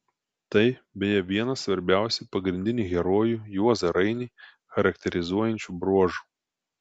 tai beje vienas svarbiausių pagrindinį herojų juozą rainį charakterizuojančių bruožų